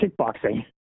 kickboxing